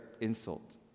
insult